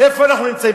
איפה אנחנו נמצאים?